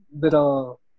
little